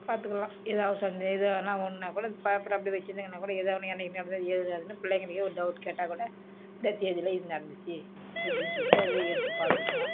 பாத்துக்குலாம் எதாவது சந்தே எது வேணால் ஒன்னுன்னால் கூட அந்த பேப்பரை அப்படியே வச்சிருந்தால் கூட ஏதோ ஒன்று எண்ணெய் கிண்ண எது நடந்தால்கூட பிள்ளைங்களுக்கே ஒரு டவுட் கேட்டால் கூட இந்த தேதியில் இது நடந்துச்சு எப்படின்னு சொல்லிட்டு அதை எடுத்து பார்த்துக்குவோம்